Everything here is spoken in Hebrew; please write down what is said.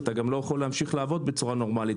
אתה גם לא יכול להמשיך לעבוד בצורה נורמלית